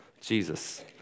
Jesus